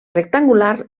rectangular